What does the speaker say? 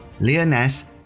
Leoness